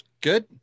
Good